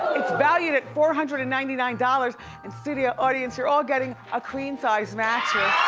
it's valued at four hundred and ninety nine dollars and studio audience, you're all getting a queen size mattress.